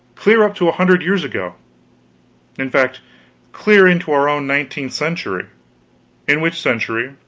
clear up to a hundred years ago in fact clear into our own nineteenth century in which century,